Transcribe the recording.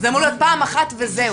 זה אמור להיות פעם אחת וזהו.